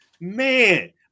Man